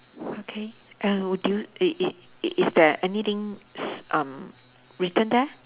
okay err would you it it i~ is there anything s~ um written there